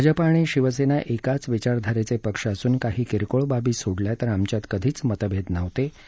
भाजपा आणि शिवसेना एकाच विचारधारेचे पक्ष असून काही किरकोळ बाबी सोडल्या तर आमच्यात कधीच मतभेद नव्हते असं ते म्हणाले